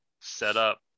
setup